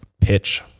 pitch